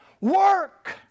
Work